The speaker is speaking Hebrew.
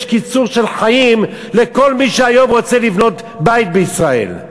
יש קיצור של חיים לכל מי שהיום רוצה לבנות בית בישראל.